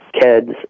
kids